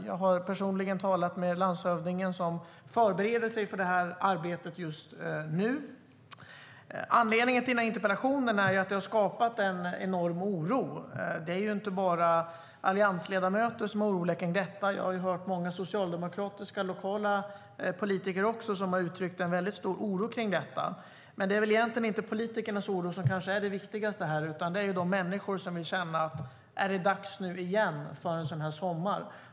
Jag har personligen talat med landshövdingen, som förbereder sig för detta arbete just nu. Anledningen till att jag ställde den här interpellationen är att det har uppstått en enorm oro. Det är inte bara alliansledamöter som är oroliga. Jag har också hört många lokala socialdemokratiska politiker som har uttryckt en stor oro. Men det är väl egentligen inte politikernas oro som är det viktigaste, utan det är ju de människor som undrar om det nu är dags igen för en sådan sommar.